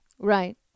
Right